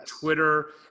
Twitter